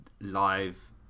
live